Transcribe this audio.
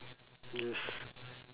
yes